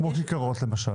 כמו כיכרות למשל.